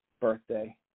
birthday